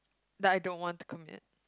that I don't want to commit